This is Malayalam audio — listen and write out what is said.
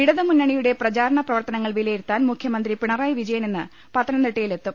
ഇടതുമുന്നണിയുടെ പ്രചാരണ പ്രവർത്തനങ്ങൾ വിലയിരുത്താൻ മുഖ്യമന്ത്രി പിണറായി വിജയൻ ഇന്ന് പത്തനംതിട്ടയിൽ എത്തും